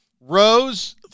Rose